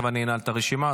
אנעל את הרשימה,